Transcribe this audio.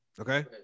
Okay